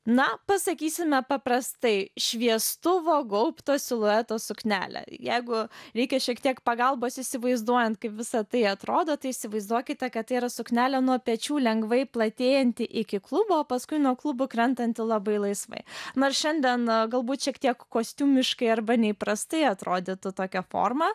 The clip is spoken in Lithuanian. na pasakysime paprastai šviestuvo gaubto silueto suknelę jeigu reikia šiek tiek pagalbos įsivaizduojant kaip visa tai atrodo tai įsivaizduokite kad tai yra suknelė nuo pečių lengvai platėjanti iki klubų o paskui nuo klubų krentantį labai laisvai nors šiandien galbūt šiek tiek kostiumiškai arba neįprastai atrodytų tokia forma